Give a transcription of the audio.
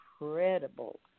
incredible